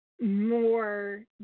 more